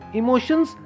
emotions